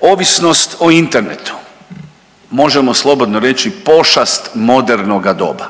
Ovisnost o internetu možemo slobodno reći pošast modernoga doba.